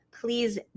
please